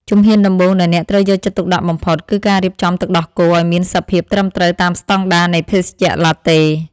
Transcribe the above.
ជំហានដំបូងដែលអ្នកត្រូវយកចិត្តទុកដាក់បំផុត គឺការរៀបចំទឹកដោះគោឱ្យមានសភាពត្រឹមត្រូវតាមស្ដង់ដារនៃភេសជ្ជៈឡាតេ។